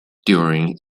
during